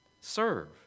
serve